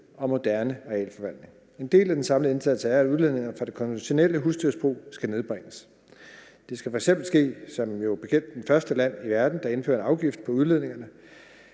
og moderne arealforvaltning. En del af den samlede indsats er, at udledninger fra det konventionelle husdyrbrug skal nedbringes. Det skal f.eks. ske ved, at vi jo som bekendt er det første land i verden, der indfører afgift på udledningen